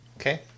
Okay